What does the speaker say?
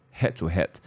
head-to-head